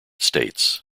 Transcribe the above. states